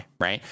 right